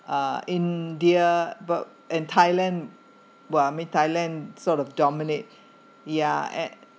uh india but and thailand !wah! I mean thailand sort of dominate yeah at